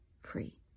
free